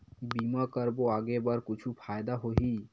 बीमा करबो आगे बर कुछु फ़ायदा होही?